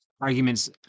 arguments